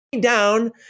down